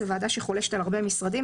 זו ועדה שחולשת על הרבה משרדים,